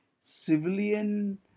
civilian